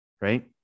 right